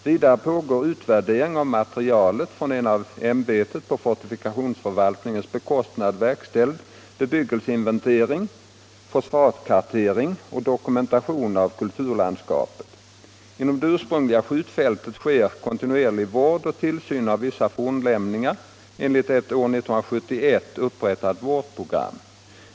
Vidare pågår utvärdering av materialet från en av ämbetet på fortifikationsförvaltningens bekostnad verkställd bebyggelseinventering, fosfatkartering och dokumentation av kulturlandskapet. Inom det ursprungliga skjutfältet sker kontinuerligt vård och tillsyn av vissa fornlämningar enligt ett år 1971 upprättat vårdprogram.